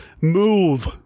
Move